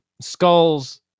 skulls